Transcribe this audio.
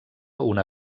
una